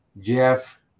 Jeff